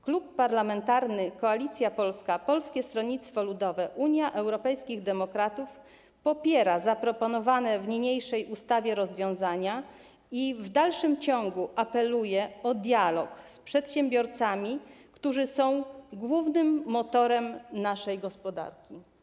Klub Parlamentarny Koalicja Polska - Polskie Stronnictwo Ludowe, Unia Europejskich Demokratów popiera zaproponowane w niniejszej ustawie rozwiązania i w dalszym ciągu apeluje o dialog z przedsiębiorcami, którzy są głównym motorem naszej gospodarki.